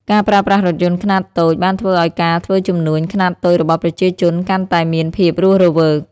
ការប្រើប្រាស់រថយន្តខ្នាតតូចបានធ្វើឱ្យការធ្វើជំនួញខ្នាតតូចរបស់ប្រជាជនកាន់តែមានភាពរស់រវើក។